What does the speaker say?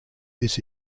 this